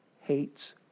hates